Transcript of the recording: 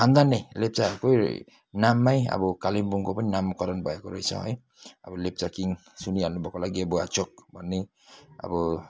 खानदान नै लेप्चाहरूको नाममै अब कालिम्पोङको पनि नामकरण भएको रहेछ है अब लेप्चा किङ सुनिहाल्नु भएको होला गेबू आच्योक भन्ने अब